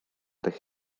ydych